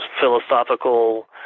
philosophical